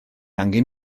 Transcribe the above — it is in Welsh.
angen